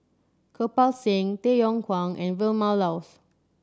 Kirpal Singh Tay Yong Kwang and Vilma Laus